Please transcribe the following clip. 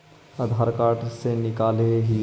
आधार card से निकाल हिऐ?